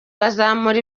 bazamura